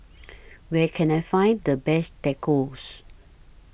Where Can I Find The Best Tacos